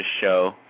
show